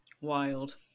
Wild